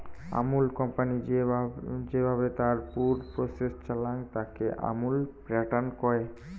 Amul company যেভাবে তার পুর প্রসেস চালাং, তাকে আমুল প্যাটার্ন কয়